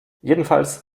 jedenfalls